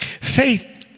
Faith